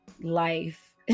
life